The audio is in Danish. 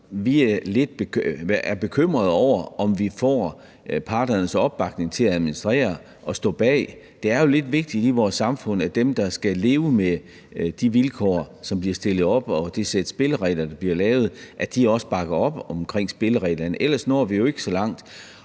lidt bekymret over om vi får parternes opbakning til at administrere og stå bag. Det er jo lidt vigtigt i vores samfund, at dem, der skal leve med de vilkår, som bliver stillet op, og det sæt spilleregler, der bliver lavet, også bakker op om spillereglerne. Ellers når vi jo ikke så langt.